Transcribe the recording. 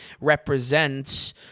represents